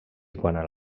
quant